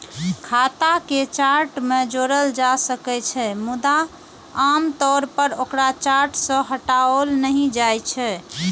खाता कें चार्ट मे जोड़ल जा सकै छै, मुदा आम तौर पर ओकरा चार्ट सं हटाओल नहि जाइ छै